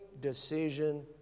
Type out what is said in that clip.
decision